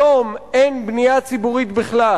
היום אין בנייה ציבורית בכלל.